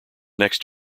next